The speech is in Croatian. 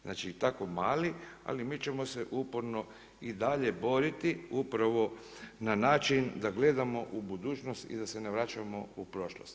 Znači tako mali, ali mi ćemo se uporno i dalje boriti upravo na način da gledamo u budućnost i da se ne vraćamo u prošlost.